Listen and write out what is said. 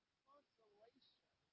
consolation